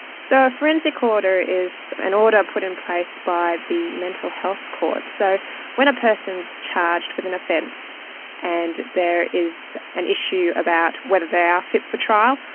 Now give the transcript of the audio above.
so, a forensic order is an order put in place by the mental health court, so when a person's charged with an offense and there is an issue about whether they are fit for trial,